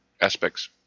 aspects